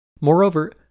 Moreover